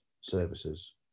services